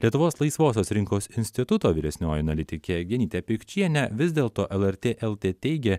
lietuvos laisvosios rinkos instituto vyresnioji analitikė genytė pikčienė vis dėlto lrt lt teigė